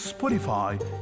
Spotify